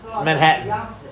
Manhattan